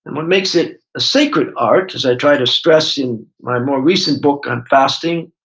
and what makes it a sacred art, as i tried to stress in my more recent book on fasting,